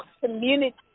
community